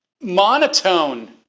Monotone